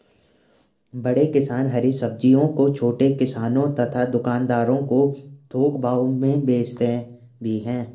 बड़े किसान हरी सब्जियों को छोटे किसानों तथा दुकानदारों को थोक भाव में भेजते भी हैं